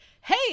hey